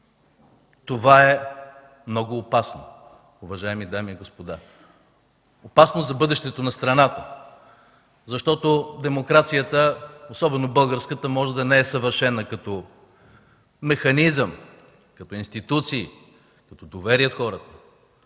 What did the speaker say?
Това е много опасно, уважаеми дами и господа, за бъдещето на страната, защото демокрацията, особено българската, може да не е съвършена като механизъм, като институции, като доверие в хората,